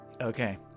Okay